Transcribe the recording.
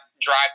drive